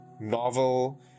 novel